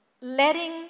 letting